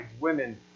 women